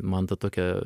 man ta tokia